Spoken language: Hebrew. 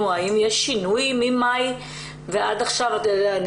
שינוי ממאי עד עכשיו?